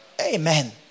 Amen